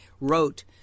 wrote